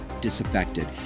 disaffected